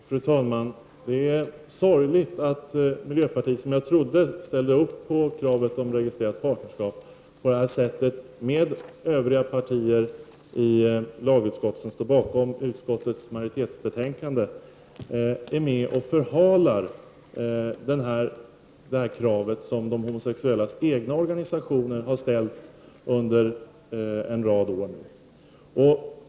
Fru talman! Jag trodde att miljöpartiet skulle ställa sig bakom kravet på registrerat partnerskap. Därför är det sorgligt att miljöpartiet, som tillsammans med övriga partier står bakom lagutskottets majoritet, på det här sättet är med och förhalar detta krav som de homosexuellas egna organisationer har rest under en följd av år.